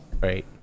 right